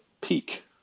peak